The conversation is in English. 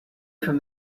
from